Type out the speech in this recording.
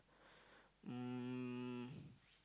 um